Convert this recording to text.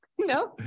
No